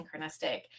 synchronistic